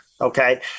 okay